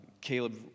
Caleb